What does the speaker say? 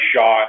shot